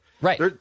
Right